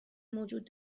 موجود